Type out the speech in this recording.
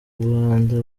rwanda